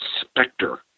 specter